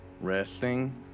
resting